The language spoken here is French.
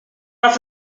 pas